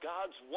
God's